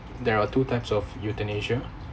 there are two types of euthanasia